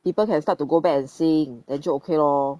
people can start to go back and sing then 就 okay lor